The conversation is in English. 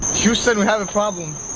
you said we have a problem